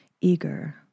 eager